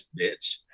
bitch